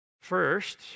First